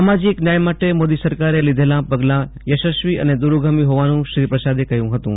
સમાજિક ન્યાય માટે મોદી સરકારે લીધેલા પગલા યશસ્વી અને દુરોગામી જોવાનું શ્રી પ્રસાદે કહ્યું ફતું